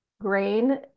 grain